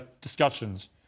discussions